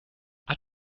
are